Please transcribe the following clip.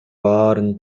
баарын